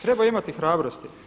Treba imati hrabrosti.